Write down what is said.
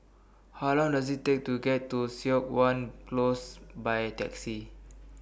How Long Does IT Take to get to Siok Wan Close By Taxi